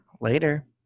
Later